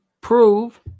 prove